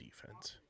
defense